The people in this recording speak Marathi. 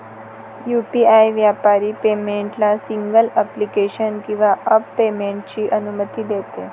यू.पी.आई व्यापारी पेमेंटला सिंगल ॲप्लिकेशन किंवा ॲप पेमेंटची अनुमती देते